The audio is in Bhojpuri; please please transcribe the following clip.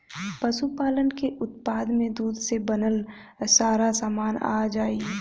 पशुपालन के उत्पाद में दूध से बनल सारा सामान आ जाई